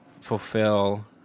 fulfill